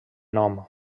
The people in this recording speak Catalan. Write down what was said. nom